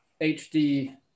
HD